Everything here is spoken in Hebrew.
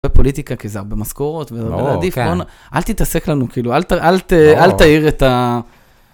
הרבה פוליטיקה כזה, הרבה משכורות, אבל עדיף היה, אל תתעסק לנו, כאילו, אל אל תעיר את ה...